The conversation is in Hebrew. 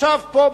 עכשיו פה,